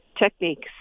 techniques